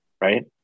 right